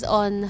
on